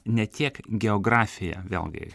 ne tiek geografija vėlgi